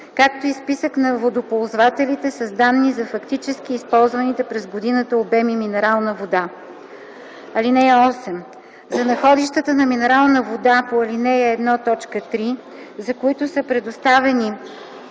както и списък на водоползвателите с данни за фактически използваните през годината обеми минерална вода. (8) За находищата на минерална вода по ал. 1, т. 3, за които са предоставени